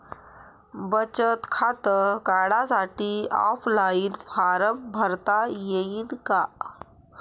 बचत खातं काढासाठी ऑफलाईन फारम भरता येईन का?